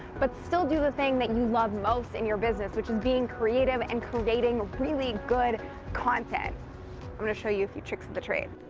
but still do the thing that you love most in your business? which is being creative and creating really good content. i'm going to show you a few tricks of the trade.